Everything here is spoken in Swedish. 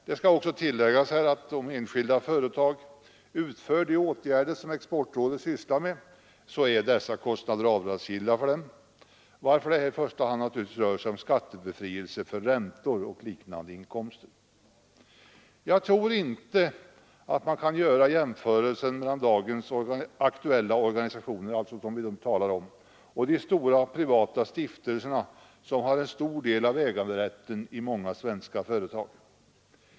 Det skall också tilläggas att om enskilda företag utför de åtgärder som Sveriges exportråd sysslar med är dessa kostnader avdragsgilla för dem, varför det här naturligtvis i första hand rör sig om skattebefrielse för räntor och liknande inkomster. Jag tror inte att man kan göra en jämförelse mellan de organisationer som är aktuella i dag och de stora privata stiftelserna, som har en stor del av äganderätten i många svenska företag.